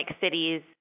cities